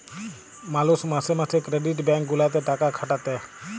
মালুষ মাসে মাসে ক্রেডিট ব্যাঙ্ক গুলাতে টাকা খাটাতে